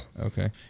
Okay